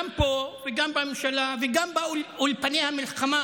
גם פה וגם בממשלה וגם ב"אולפני המלחמה",